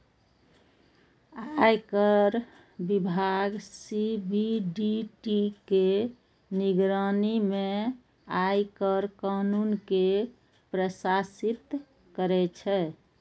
आयकर विभाग सी.बी.डी.टी के निगरानी मे आयकर कानून कें प्रशासित करै छै